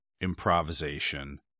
improvisation